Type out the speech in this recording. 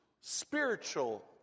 spiritual